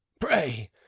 pray